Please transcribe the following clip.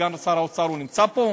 סגן שר האוצר נמצא פה?